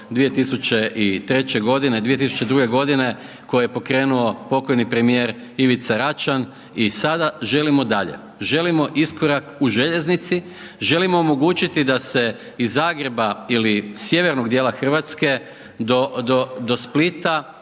2002. g. godine, koji je pokrenuo pokojni premjer Ivica Račan i sada želimo dalje. Želimo iskorak u željeznici, želimo omogućiti da se iz Zagreba ili sjevernog dijela Hrvatske, do Splita